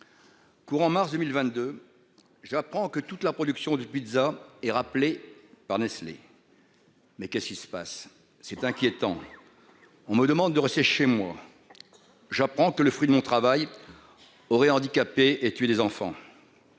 Courant mars 2022. J'apprends que toute la production de pizzas et rappelé par Nestlé. Mais qu'est-ce qui se passe, c'est inquiétant. On me demande de rester chez moi. J'apprends que le fruit de mon travail. Aurait handicapé et tuer des enfants.